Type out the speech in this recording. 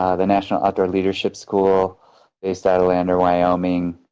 ah the national outdoor leadership school based out of lander, wyoming.